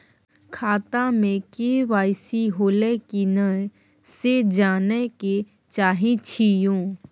खाता में के.वाई.सी होलै की नय से जानय के चाहेछि यो?